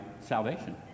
salvation